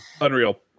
unreal